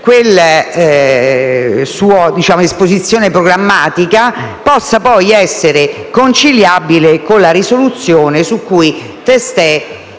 come la disposizione programmatica possa poi essere conciliabile con la risoluzione di